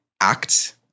act